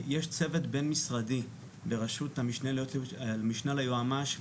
יש צוות בין-משרדי לרשות המשנה ליועמ"ש,